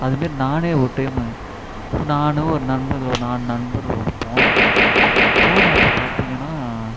அதுமாரி நானே ஒரு டைமு நான் ஒரு நண்பர்கள் ஒரு நாலு நண்பர்களோடு போனோம் போனப்போ பார்த்தீங்கன்னா